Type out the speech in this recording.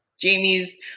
Jamie's